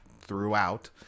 throughout